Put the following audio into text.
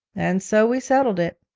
and so we settled it.